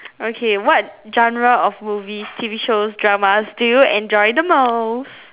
okay what genres of movies T_V shows dramas do you enjoy the most